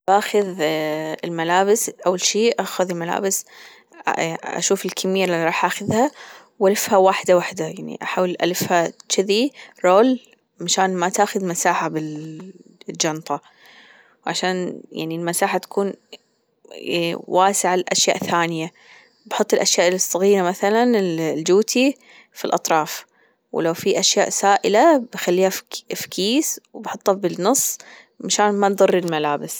بأخذ الملابس أول شي أخذ الملابس أشوف الكمية اللي أنا راح أخذها وألفها وحدة وحدة يعني أحاول ألفها تشذي رول مشان ما تاخذ مساحة بالجنطة عشان يعني المساحة تكون واسعة لأشياء ثانية بأحط الأشياء الصغيرة مثلا الجوتي في الأطراف ولو في أشياء سائلة بأخليها في كيس وبأحطها بالنص مشان ما نضر الملابس.